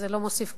זה לא מוסיף כבוד,